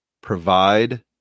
provide